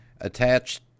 attached